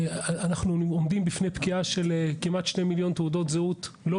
אנחנו עומדים בפני פקיעה של כמעט 2 מיליון תעודות זהות לא